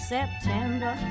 September